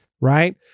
right